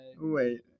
Wait